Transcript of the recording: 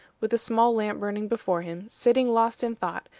with a small lamp burning before him, sitting lost in thought,